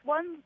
One